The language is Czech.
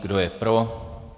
Kdo je pro?